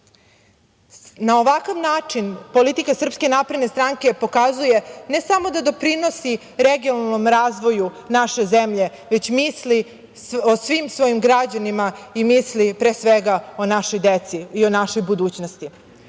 ovakav način politika SNS pokazuje, ne samo da doprinosi regionalnom razvoju naše zemlje, već misli o svim svojim građanima i misli, pre svega, o našoj deci i o našoj budućnosti.